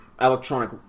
electronic